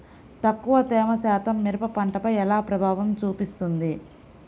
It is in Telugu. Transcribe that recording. తక్కువ తేమ శాతం మిరప పంటపై ఎలా ప్రభావం చూపిస్తుంది?